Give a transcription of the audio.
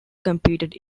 competed